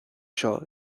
seo